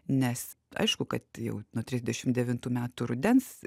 nes aišku kad jau nuo trisdešim devintų metų rudens